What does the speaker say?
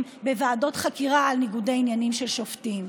בוועדות חקירה על ניגודי עניינים של שופטים.